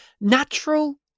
natural